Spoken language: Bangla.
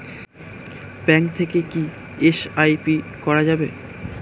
ব্যাঙ্ক থেকে কী এস.আই.পি করা যাবে?